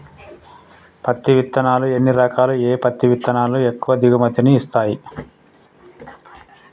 పత్తి విత్తనాలు ఎన్ని రకాలు, ఏ పత్తి విత్తనాలు ఎక్కువ దిగుమతి ని ఇస్తాయి?